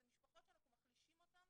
זה משפחות שאנחנו מחלישים אותן